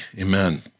Amen